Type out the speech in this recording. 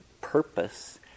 purpose